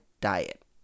diet